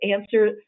answer